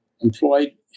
employed